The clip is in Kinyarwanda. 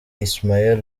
ismael